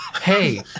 Hey